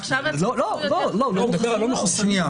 עכשיו --- הוא מדבר על לא מחוסנים.